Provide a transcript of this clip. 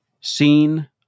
seen